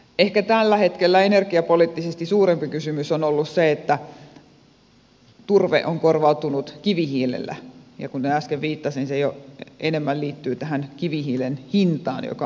ehkä tällä hetkellä energiapoliittisesti suurempi kysymys on ollut se että turve on korvautunut kivihiilellä ja kuten äsken viittasin se liittyy jo enemmän kivihiilen hintaan joka on laskenut